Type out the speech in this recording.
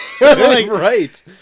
Right